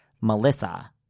Melissa